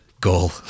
goal